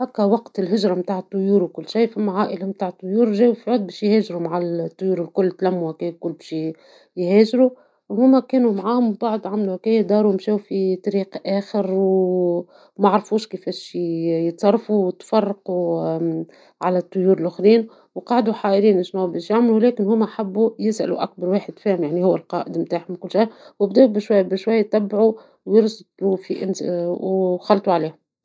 هكا وقت الهجرة نتاع الطيور وكل شي ، فما عائلة نتاع طيور جاو في عوض ميهاجروا الطيور الكل تلموا باش يهاجرو ، وهوما معاهم من بعد داروا مشاو في طريق اخر ، ومعرفوش كفاش يتصرفوا ،تفرقوا عن الطيور لخرين ، وقعدوا حايرين شنوا باش يعملوا ، لكن هوما حبوا يسألوا أكبر واحد فيهم وهو القائد نتاعهم وكل شي ، وبداو شويا بالشوية يتبعوا ويرسلوا وخلطوا عليهم.